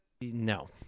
No